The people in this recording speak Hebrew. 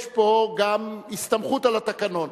יש פה גם הסתמכות על התקנון.